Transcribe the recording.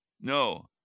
No